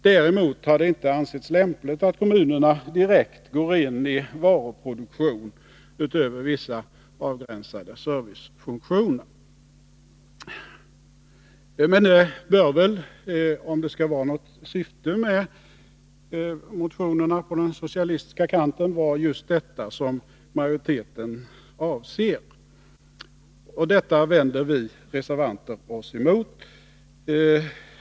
Däremot har det inte ansetts lämpligt att kommunerna direkt går in i varuproduktion, utöver vissa avgränsade servicefunktioner. Men det bör väl — om det skall vara något syfte med motionerna på den socialistiska kanten — vara just detta som majoriteten avser. Detta vänder vi reservanter oss emot.